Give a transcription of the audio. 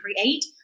create